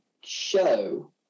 show